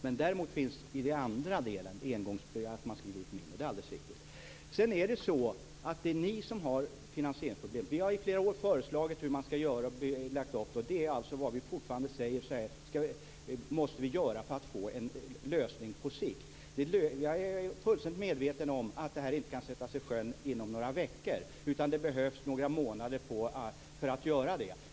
Det är ni som har finansieringsproblem. Vi har i flera år lagt fram föreslag om hur man skall göra. Vi säger fortfarande att det måste bli en lösning på sikt. Jag är fullständigt medveten om att det här inte kan sättas i sjön inom några veckor utan att det behövs några månader för att göra det.